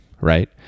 right